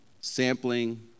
sampling